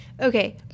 okay